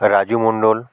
Raju Mondal